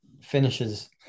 finishes